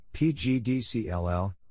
PGDCLL